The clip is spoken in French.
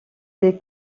des